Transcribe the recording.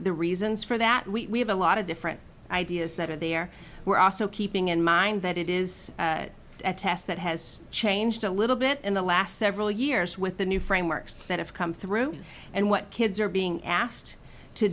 the reasons for that we have a lot of different ideas that are there we're also keeping in mind that it is a test that has changed a little bit in the last several years with the new frameworks that have come through and what kids are being asked to